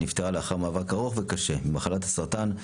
שנפטרה לאחר מאבק ארוך וקשה במחלת הסרטן,